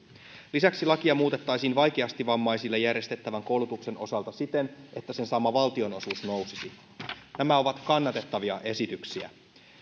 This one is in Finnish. lisäksi lakia muutettaisiin vaikeasti vammaisille järjestettävän koulutuksen osalta siten että sen saama valtionosuus nousisi nämä ovat kannatettavia esityksiä